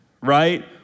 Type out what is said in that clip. right